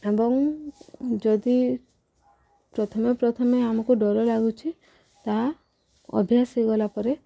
ଏବଂ ଯଦି ପ୍ରଥମେ ପ୍ରଥମେ ଆମକୁ ଡର ଲାଗୁଛି ତାହା ଅଭ୍ୟାସ ହେଇଗଲା ପରେ